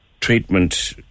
treatment